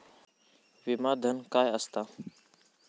विमा धन काय असता?